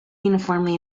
uniformly